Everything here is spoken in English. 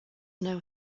know